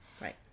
Right